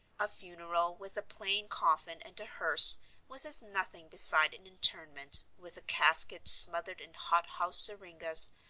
a funeral with a plain coffin and a hearse was as nothing beside an interment, with a casket smothered in hot-house syringas,